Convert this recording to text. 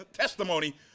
Testimony